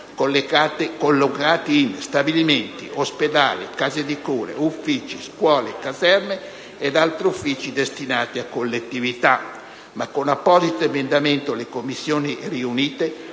collocati in stabilimenti, ospedali, case di cure, uffici, scuole, caserme ed altri uffici destinati a collettività. Con apposito emendamento le Commissioni riunite